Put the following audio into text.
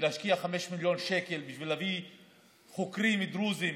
ולהשקיע 5 מיליון שקל כדי להביא חוקרים דרוזים